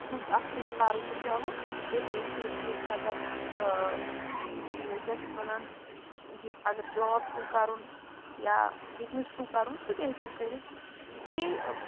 سۭتۍ اَکھ تھٲیِو پَرُن تہِ چالو بیٚیہِ تھٲیِو سۭتۍ سۭتۍ مطلب یہِ کیٛاہ چھِ اَتھ وَنان یہِ اَگر جاب چھُو کَرُن یا بِزنِس چھُو کَرُن سُہ تہِ ہیٚکِو کٔرِتھ بیٚیہِ